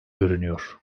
görünüyor